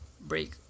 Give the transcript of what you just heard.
break